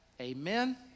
amen